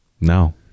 No